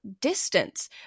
distance